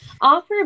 offer